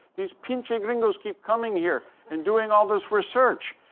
these pinche gringos keep coming here and doing all this research.